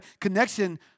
connection